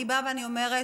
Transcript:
אני באה ואומרת: